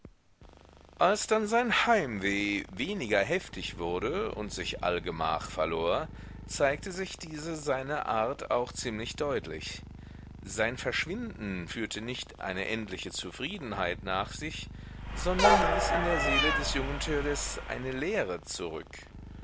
als dann sein heimweh weniger heftig wurde und sich allgemach verlor zeigte sich diese seine art auch ziemlich deutlich sein verschwinden führte nicht eine endliche zufriedenheit nach sich sondern ließ in der seele des jungen törleß eine leere zurück